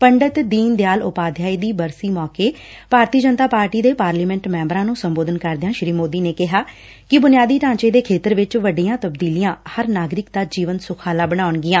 ਪੰਡਤ ਦੀਨ ਦਿਆਲ ਉਪਾਧਿਆਏ ਦੀ ਬਰਸੀ ਤੇ ਭਾਰਤੀ ਜਨਤਾ ਪਾਰਟੀ ਦੇ ਪਾਰਲੀਮੈਟ ਮੈਬਰਾਂ ਨੂੰ ਸੰਬੋਧਨ ਕਰਦਿਆਂ ਸ੍ਰੀ ਮੋਦੀ ਨੇ ਕਿਹਾ ਕਿ ਬੁਨਿਆਦੀ ਢਾਂਚੇ ਦੇ ਖੇਤਰ ਵਿਚ ਵੱਡੀਆਂ ਤਬਦੀਲੀਆਂ ਹਰ ਨਾਗਰਿਕ ਦਾ ਜੀਵਨ ਸੁਖ਼ਾਲਾ ਬਣਾਉਣਗੀਆਂ